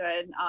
good